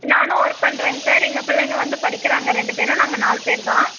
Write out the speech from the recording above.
நானும் ஒர்க் பண்ணுறேங்க சார் எங்கள் பிள்ளைங்க வந்து படிக்கிறாங்க ரெண்டு பேரும் நாங்கள் நாலு பேர் தான்